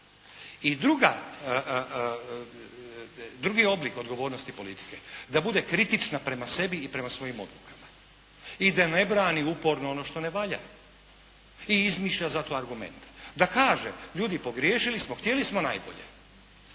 drugi oblik odgovornosti politike, da bude kritična prema sebi i prema svojim odlukama i da ne brani uporno ono što ne valja i izmišlja za to argumente. Da kaže, ljudi pogriješili smo, htjeli smo najbolje,